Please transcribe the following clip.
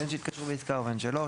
בין שהתקשרו בעסקה ובין שלא.